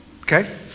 Okay